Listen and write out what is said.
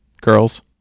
girls